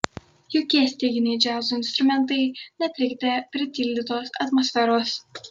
jokie styginiai džiazo instrumentai netrikdė pritildytos atmosferos